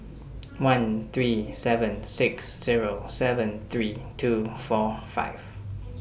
one three seven six Zero seven three two four five